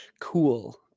Cool